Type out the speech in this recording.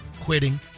quitting